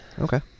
Okay